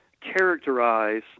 characterize